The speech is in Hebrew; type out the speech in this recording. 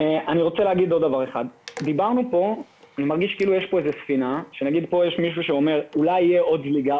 אני מרגיש כאילו יש ספינה שיש מישהו שאומר שאולי תהיה זליגה